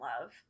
love